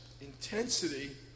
intensity